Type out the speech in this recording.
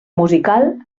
musical